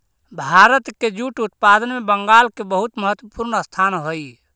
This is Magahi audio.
भारत के जूट उत्पादन में बंगाल के बहुत महत्त्वपूर्ण स्थान हई